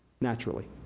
naturally.